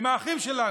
הם האחים שלנו.